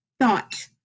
thought